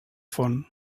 font